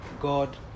God